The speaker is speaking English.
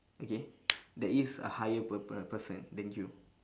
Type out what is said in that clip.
okay there is a higher per~ per~ person than you